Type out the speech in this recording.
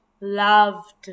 loved